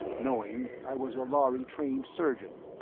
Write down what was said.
knowing i was a lhari-trained surgeon.